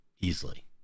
easily